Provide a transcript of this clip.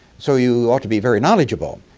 so you ought to be very knowledgeable.